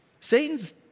Satan's